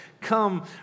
come